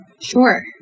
Sure